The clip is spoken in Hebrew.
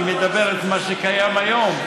אני מדבר על מה שקיים היום,